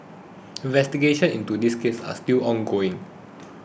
investigations into this case are still ongoing